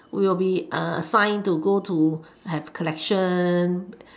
we'll be assigned to go to have collection